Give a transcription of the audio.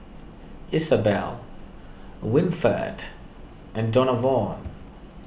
Isabel Winford and Donavon